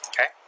Okay